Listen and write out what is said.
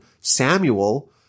Samuel